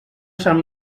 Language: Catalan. sant